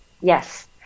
Yes